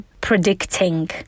predicting